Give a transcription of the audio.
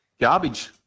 Garbage